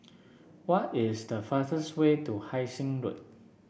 what is the fastest way to Hai Sing Road